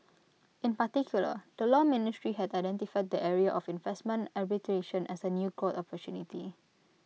in particular the law ministry has identified the area of investment arbitration as A new growth opportunity